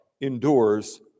endures